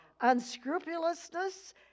unscrupulousness